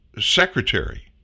secretary